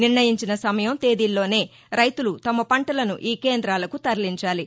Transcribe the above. నిర్ణయించిన సమయం తేదీల్లోనే రైతులు తమ పంటలను ఈ కేందాలకు తరలించాలి